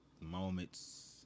moments